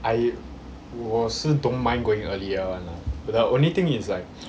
I 我是 don't mind going earlier [one] lah the only thing is like